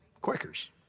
Quakers